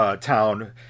town